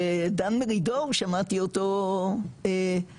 ודן מרידור שמעתי אותו אומר,